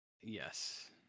Yes